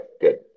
good